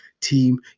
team